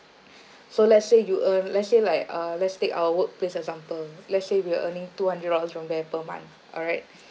so let's say you earn let's say like uh let's take our workplace example let's say we're earning two hundred dollars from there per month alright